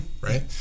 right